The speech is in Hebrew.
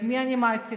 את מי אני מעסיקה,